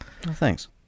Thanks